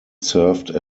served